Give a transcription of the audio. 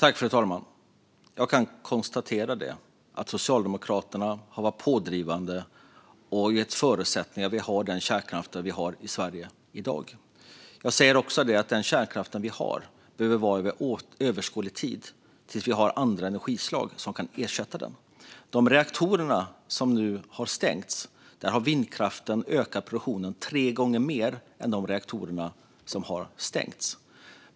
Fru talman! Jag kan konstatera att Socialdemokraterna har varit pådrivande och gett förutsättningar för att vi har den kärnkraft vi har i Sverige i dag. Den kärnkraft vi har behöver vi också ha under överskådlig tid, tills vi har andra energislag som kan ersätta den. När det gäller de reaktorer som nu har stängts har vindkraften ökat produktionen tre gånger mer än vad dessa gav.